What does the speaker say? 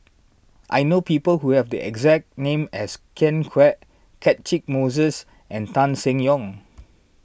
I know people who have the exact name as Ken Kwek Catchick Moses and Tan Seng Yong